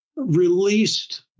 Released